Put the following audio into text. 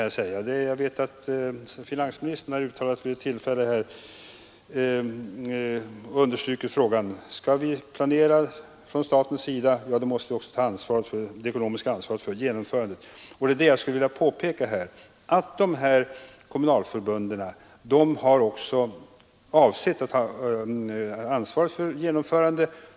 Jag vet att finansministern vid ett tillfälle underströk att om staten skall planera, så måste staten också ta det ekonomiska ansvaret för genomförandet. Jag vill alltså påpeka att dessa kommunalförbund också har avsett att ta ansvaret för genomförandet.